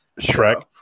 Shrek